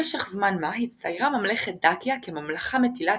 למשך זמן מה הצטיירה ממלכת דאקיה כממלכה מטילת